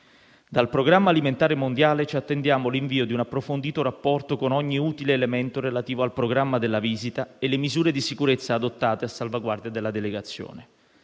Dal Programma alimentare mondiale ci attendiamo l'invio di un approfondito rapporto con ogni utile elemento relativo al programma della visita e le misure di sicurezze adottate a salvaguardia della delegazione.